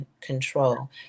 control